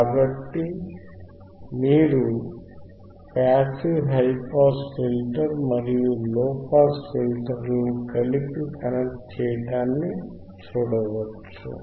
కాబట్టి మీరు passive high pass filter మరియు లోపాస్ ఫిల్టర్ లను కలిపి కనెక్ట్ చేయడాన్ని చూడవచ్చు